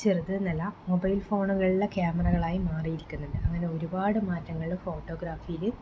ചെറുതെന്ന് അല്ല മൊബൈൽ ഫോണുകളിലെ ക്യാമറകൾ ആയി മാറിയിരിക്കുന്നു അങ്ങനെ ഒരുപാട് മാറ്റങ്ങൾ ഫോട്ടോഗ്രാഫിയിൽ